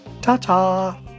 Ta-ta